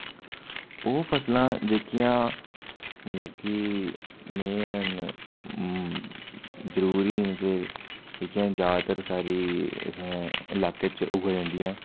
ओह् फसलां जेह्कियां मतलब कि मेन न जरुरी न ते जेह्कियां जैदातर सारी असें इलाके च उगाई जंदियां